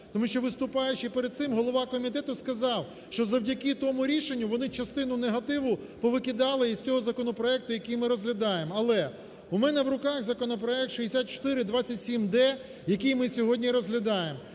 тому що, виступаючи перед цим голова комітету сказав, що завдяки тому рішенню вони частину негативу повикидали із цього законопроекту, який ми розглядаємо. Але у мене в руках законопроект 6427-д, який ми сьогодні розглядаємо.